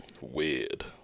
weird